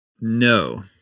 No